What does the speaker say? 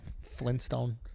Flintstone